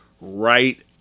right